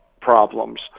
problems